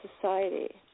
society